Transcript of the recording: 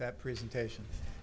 that presentation